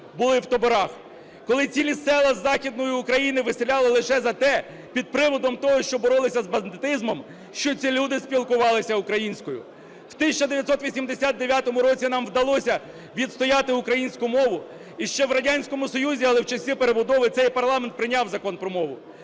були в таборах, коли цілі села Західної України виселяли лише за те (під приводом того, що боролися з бандитизмом), що ці люди спілкувалися українською. В 1989 році нам вдалося відстояти українську мову і ще в Радянському Союзі, але в часи перебудови цей парламент прийняв Закон "Про мову",